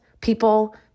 people